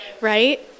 right